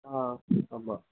ஆ ஆமாம்